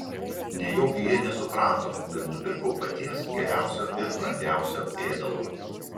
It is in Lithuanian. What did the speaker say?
nejaugi ji nesuprato kad nupirkau paties geriausio ir brangiausio ėdalo